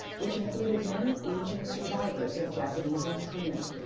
which included many aging survivors of japanese internment.